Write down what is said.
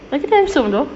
laki dia handsome though